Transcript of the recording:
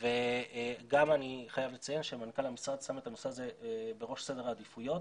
אני גם חייב לציין שמנכ"ל המשרד שם את הנושא הזה בראש סדר העדיפויות